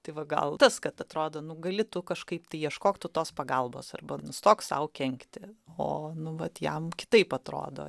tai va gal tas kad atrodo nu gali tu kažkaip tai ieškok tu tos pagalbos arba nustok sau kenkti o nu vat jam kitaip atrodo